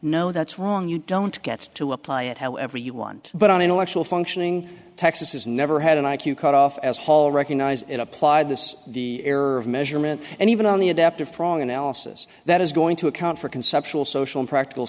no that's wrong you don't get to apply it however you want but on intellectual functioning texas has never had an i q cut off as whole recognize it applied this the error of measurement and even on the adaptive prong analysis that is going to account for conceptual social practical